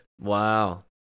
Wow